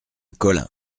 colin